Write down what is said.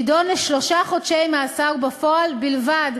נידון לשלושה חודשי מאסר בפועל בלבד,